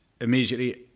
immediately